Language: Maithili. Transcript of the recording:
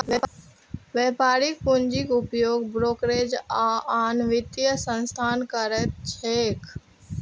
व्यापारिक पूंजीक उपयोग ब्रोकरेज आ आन वित्तीय संस्थान करैत छैक